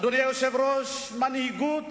אדוני היושב-ראש, מנהיגות